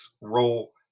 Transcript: role